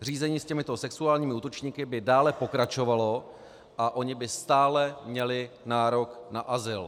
Řízení s těmito sexuálními útočníky by dále pokračovalo a oni by stále měli nárok na azyl.